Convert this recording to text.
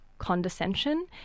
condescension